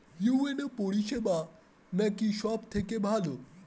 UNO পরিসেবা নাকি সব থেকে ভালো?